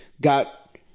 got